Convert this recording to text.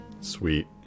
sweet